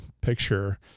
picture